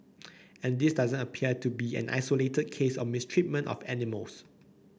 and this doesn't appear to be an isolated case of mistreatment of animals